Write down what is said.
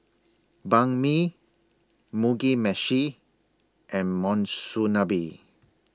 Banh MI Mugi Meshi and Monsunabe